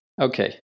Okay